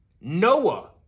Noah